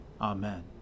Amen